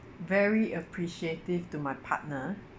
very appreciative to my partner